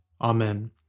Amen